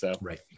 Right